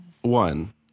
One